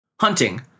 Hunting